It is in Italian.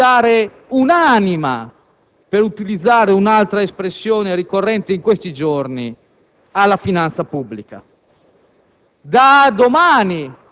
in una volontà di dare un'anima - per utilizzare un'altra espressione ricorrente in questi giorni - alla finanza pubblica.